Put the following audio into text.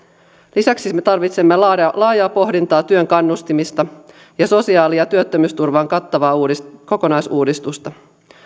lisäksi me tarvitsemme laajaa laajaa pohdintaa työn kannustimista ja sosiaali ja työttömyysturvaan kattavaa kokonaisuudistusta